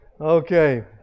Okay